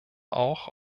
auch